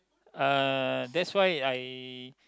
uh that's why I